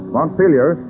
Montpelier